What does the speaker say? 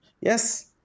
yes